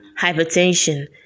hypertension